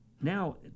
now